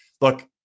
look